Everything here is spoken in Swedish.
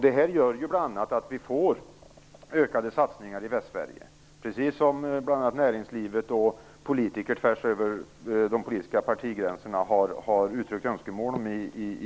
Det här gör ju att vi får ökade satsningar i Västsverige, precis som näringslivet och politiker tvärs över de politiska partigränserna har uttryckt önskemål om i